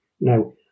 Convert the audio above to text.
Now